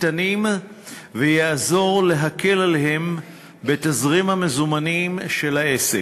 קטנים ויעזור להקל עליהם בתזרים המזומנים של העסק.